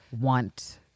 want